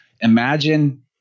imagine